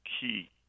key